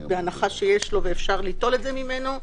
בהנחה שיש לו ושאפשר ליטול זאת ממנו,